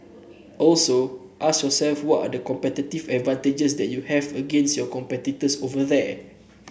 also ask yourself what are the competitive advantages that you have against your competitors over there